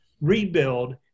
rebuild